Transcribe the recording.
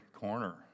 corner